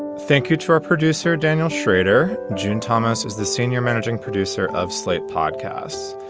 thank you to our producer, daniel schrader. june thomas is the senior managing producer of slate podcasts.